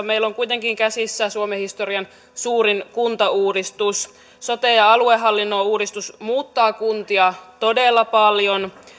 meillä on kuitenkin käsissä suomen historian suurin kuntauudistus sote ja aluehallinnon uudistus muuttaa kuntia todella paljon